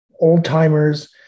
old-timers